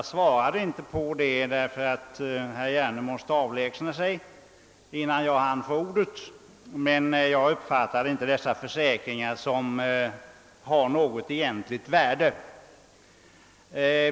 Jag svarade inte på detta, eftersom herr Hjerne måste avlägsna sig, innan jag hann få ordet, men jag uppfattade inte dessa försäkringar såsom av något egentligt värde.